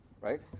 right